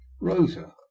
Rosa